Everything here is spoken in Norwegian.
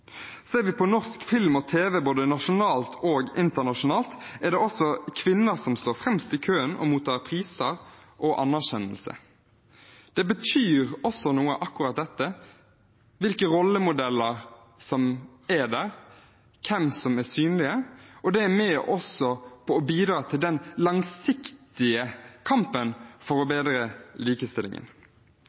Ser vi på norsk film og tv både nasjonalt og internasjonalt, er det kvinner som står fremst i køen og mottar priser og anerkjennelse. Akkurat dette – hvilke rollemodeller som er der, hvem som er synlige – betyr også noe, og det er med på å bidra til den langsiktige kampen for å bedre likestillingen.